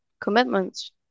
commitments